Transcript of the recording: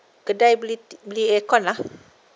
kedai beli aircon lah